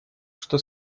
что